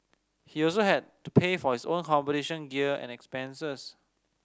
he also had to pay for his own competition gear and expenses